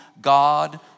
God